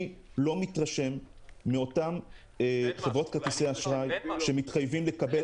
אני לא מתרשם מאותן חברות כרטיסי אשראי שמתחייבות לקבל.